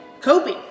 Kobe